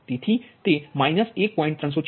તેથી 1